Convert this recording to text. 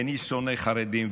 איני שונא חרדים,